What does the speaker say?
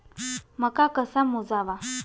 मका कसा मोजावा?